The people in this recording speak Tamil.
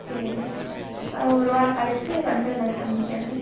சரிங்க நான் ஒரு வாரம் கழிச்சி வந்து உங்களை சந்திக்கிறேங்க